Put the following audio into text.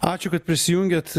ačiū kad prisijungėt